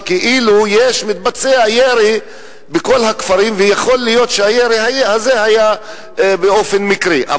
שכאילו יש ומתבצע ירי בכל הכפרים ויכול להיות שהירי הזה היה באופן מקרי.